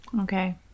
Okay